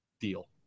deal